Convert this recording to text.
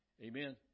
Amen